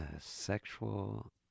sexual